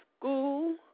school